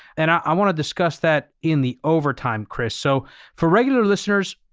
and i want to discuss that in the overtime, chris. so for regular listeners,